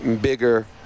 bigger